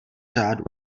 řádu